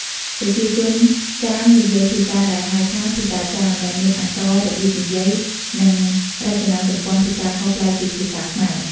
ប្រជាជនចាម និយាយភាសាដែលហៅថា ភាសាចាម ដែលមានអក្សរ របៀបនិយាយ និងរចនាសម្ព័ន្ធភាសាខុសប្លែកពីភាសាខ្មែរ។